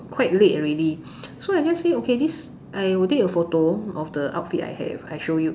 quite late already so I just say okay this I will take a photo of the outfit I have I show you